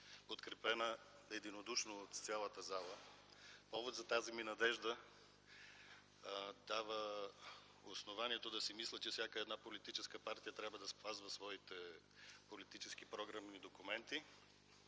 подкрепена единодушно от цялата зала. Повод за тази ми надежда дава основанието да си мисля, че всяка една политическа партия трябва да спазва своите политически програмни документи